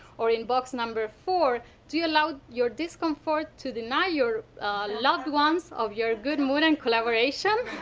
or in box number four, do you allow your discomfort to deny your loved ones of your good mood and collaboration.